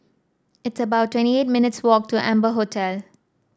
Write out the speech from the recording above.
it's about twenty eight minutes' walk to Amber Hotel